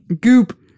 Goop